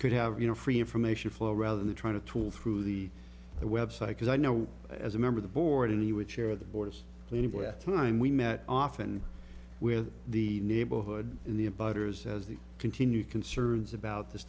could have you know free information flow rather than trying to talk through the the website because i know as a member the board and he would share the boards with time we met often with the neighborhood in the abiders as they continue concerns about this